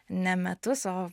ne metus o